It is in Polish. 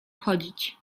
chodzić